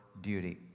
duty